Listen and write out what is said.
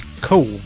Cool